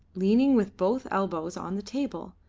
leaning with both elbows on the table,